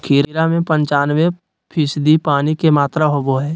खीरा में पंचानबे फीसदी पानी के मात्रा होबो हइ